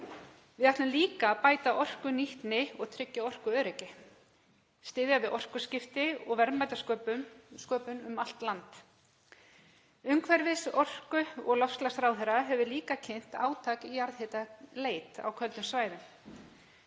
Við ætlum líka að bæta orkunýtni og tryggja orkuöryggi, styðja við orkuskipti og verðmætasköpun um allt land. Umhverfis-, orku- og loftslagsráðherra hefur líka kynnt átak í jarðhitaleit á köldum svæðum.